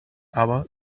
aber